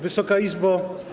Wysoka Izbo!